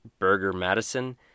BurgerMadison